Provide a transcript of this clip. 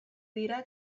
dira